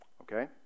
okay